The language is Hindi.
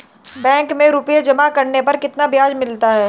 बैंक में रुपये जमा करने पर कितना ब्याज मिलता है?